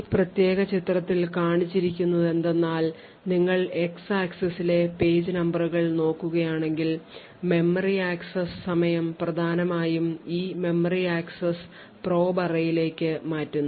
ഈ പ്രത്യേക ചിത്രത്തിൽ കാണിച്ചിരിക്കുന്നതെന്തെന്നാൽ നിങ്ങൾ എക്സ് ആക്സിസിലെ പേജ് നമ്പറുകൾ നോക്കുകയാണെങ്കിൽ മെമ്മറി ആക്സസ് സമയം പ്രധാനമായും ഈ മെമ്മറി ആക്സസ് പ്രോബ് അറേയിലേക്ക് probe array മാറ്റുന്നു